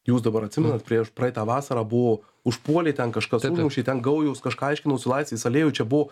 jūs dabar atsimenat prieš praeitą vasarą buvo užpuolė ten kažkas užmušė ten gaujos kažką aiškinosi laisvės alėjoj čia buvo